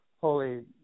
holy